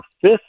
fifth